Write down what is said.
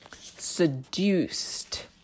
seduced